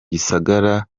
gisagara